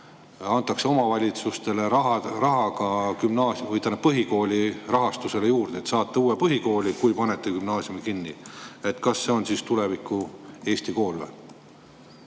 et omavalitsustele antakse raha põhikoolide rahastuseks juurde?] Saate uue põhikooli, kui panete gümnaasiumi kinni. Kas see on siis tuleviku Eesti kool või?